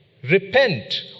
Repent